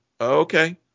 okay